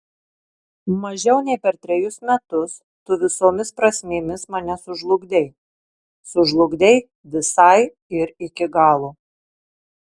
mažiau nei per trejus metus tu visomis prasmėmis mane sužlugdei sužlugdei visai ir iki galo